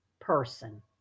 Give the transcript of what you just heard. person